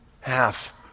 half